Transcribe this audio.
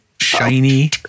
shiny